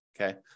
okay